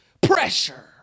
pressure